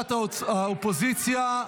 לבקשת האופוזיציה,